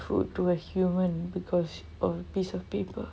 food to a human because of piece of paper